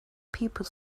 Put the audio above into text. people